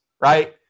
right